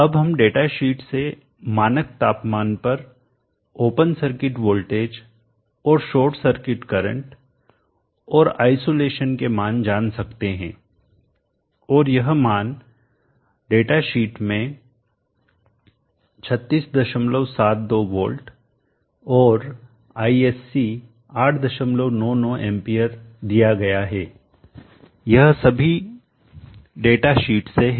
अब हम डेटाशीट से मानक तापमान पर ओपन सर्किट वोल्टेज और शॉर्ट सर्किट करंट और इनसोलेशन के मान जान सकते हैं और यह मान डेटाशीट में 3672 वोल्ट और ISC 899 एंपियर दिया गया है यह सभी डेटाशीट से है